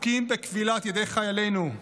עסוקים בכבילת ידי חיילינו,